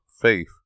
faith